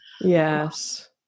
Yes